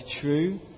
true